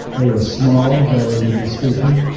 they were small, relatively speaking,